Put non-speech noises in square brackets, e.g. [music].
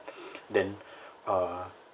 then [breath] uh